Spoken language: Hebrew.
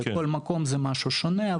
בכל מקום זה משהו שונה,